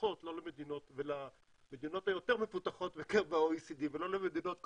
מפותחות ולמדינות היותר מפותחות בקרב ה-OECD ולא למדינות כושלות.